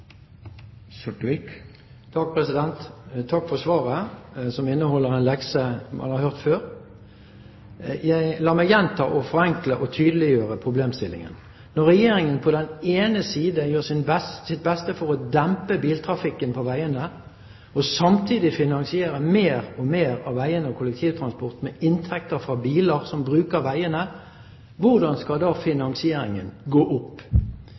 Takk for svaret, som inneholdt en lekse man har hørt før. La meg gjenta og forenkle og tydeliggjøre problemstillingen. Når Regjeringen på den ene siden gjør sitt beste for å dempe biltrafikken på veiene og samtidig finansierer mer av veiene og kollektivtransporten med inntekter fra bilene som bruker veiene: Hvordan skal da finansieringen gå opp?